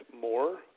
more